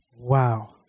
Wow